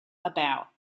about